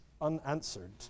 unanswered